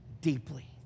deeply